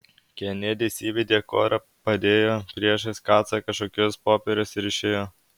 kenedis įvedė korą padėjo priešais kacą kažkokius popierius ir išėjo